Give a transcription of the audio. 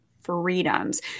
freedoms